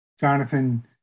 Jonathan